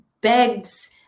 begs